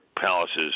palaces